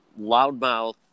loudmouth